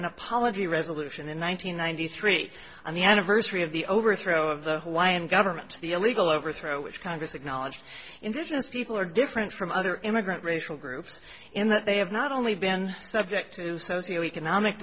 an apology resolution in one thousand nine hundred three on the anniversary of the overthrow of the hawaiian government the illegal overthrow which congress acknowledged indigenous people are different from other immigrant racial groups and that they have not only been subjected to socio economic